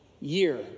year